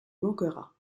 manquera